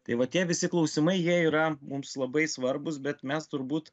tai va tie visi klausimai jie yra mums labai svarbūs bet mes turbūt